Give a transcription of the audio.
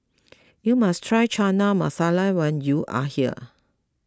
you must try Chana Masala when you are here